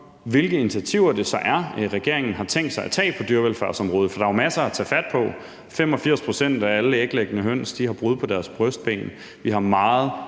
hvilke initiativer det så er, regeringen har tænkt sig at tage på dyrevelfærdsområdet. For der er jo masser at tage fat på. 85 pct. af alle æglæggende høns har brud på deres brystben, vi har meget